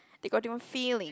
they got they own feeling